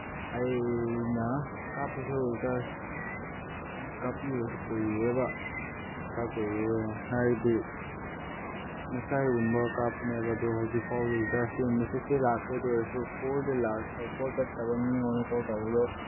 ꯑꯩꯅ ꯀꯥꯞꯄꯁꯨ ꯔꯤꯆꯥꯔꯖ ꯀꯥꯞꯄꯤꯕꯁꯨ ꯀꯨꯏꯔꯦꯕ ꯈꯔ ꯀꯨꯏꯔꯦ ꯍꯥꯏꯗꯤ ꯉꯁꯥꯏꯒꯨꯝꯕ ꯀꯥꯞꯄꯅꯦꯕ ꯑꯗꯣ ꯍꯧꯖꯤꯛꯐꯥꯎ ꯔꯤꯆꯥꯔꯖꯇꯤ ꯃꯦꯁꯦꯁꯇꯤ ꯂꯥꯛꯈ꯭ꯔꯦ ꯑꯗꯨ ꯑꯣꯏꯔꯁꯨ ꯀꯣꯜꯗꯤ ꯀꯣꯜ ꯆꯠꯇꯕ ꯃꯤꯉꯣꯟꯗ ꯀꯣꯜ ꯇꯧꯕꯗꯣ